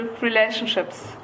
relationships